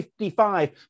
55